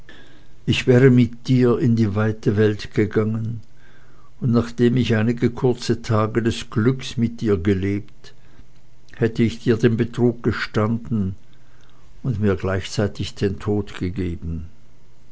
ich wäre mit dir in die weite welt gegangen und nachdem ich einige kurze tage des glückes mit dir gelebt hätte ich dir den betrug gestanden und mir gleichzeitig den tod gegeben